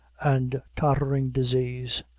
and tottering disease,